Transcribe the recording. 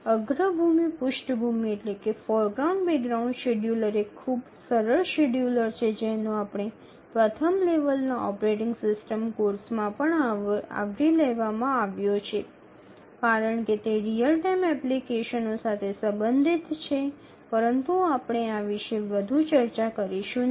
અગ્રભાગ પૃષ્ઠભૂમિ શેડ્યૂલર એ ખૂબ સરળ શેડ્યૂલર છે જેનો આપણે પ્રથમ લેવલના ઓપરેટિંગ સિસ્ટમ કોર્સમાં પણ આવરી લેવામાં આવ્યો છે કારણ કે તેમાં રીઅલ ટાઇમ એપ્લિકેશનો સાથે સંબંધિત છે પરંતુ આપણે આ વિશે વધુ ચર્ચા કરીશું નહીં